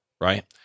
Right